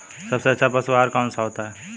सबसे अच्छा पशु आहार कौन सा होता है?